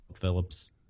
Phillips